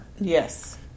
Yes